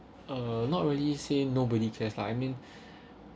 uh not really saying nobody cares lah I mean